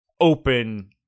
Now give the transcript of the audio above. Open